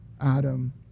Adam